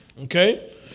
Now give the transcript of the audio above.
Okay